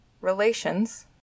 relations